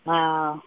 Wow